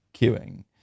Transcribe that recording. queuing